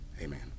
amen